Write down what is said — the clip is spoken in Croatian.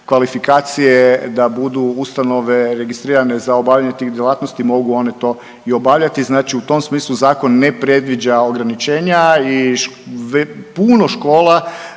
kvalifikacije da budu ustanove registrirane za obavljanje tih djelatnosti mogu one to i obavljati, znači u tom smislu zakon ne predviđa ograničenja i puno škola